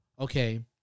okay